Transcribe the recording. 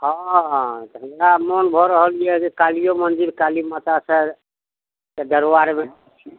हँ तऽ हमरा मन भऽ रहल यऽ जे कालिओ मन्दिर काली मातासँ दरबारमे छी